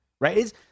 right